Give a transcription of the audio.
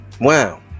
Wow